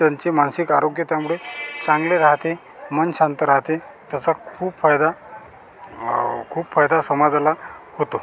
त्यांचे मानसिक आरोग्य त्यामुळे चांगले रहाते मन शांत रहाते त्याचा खूप फायदा खूप फायदा समाजाला होतो